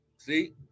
See